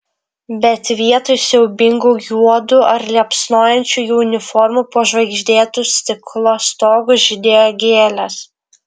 bet vietoj siaubingų juodų ar liepsnojančių jų uniformų po žvaigždėtu stiklo stogu žydėjo gėlės